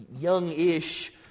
young-ish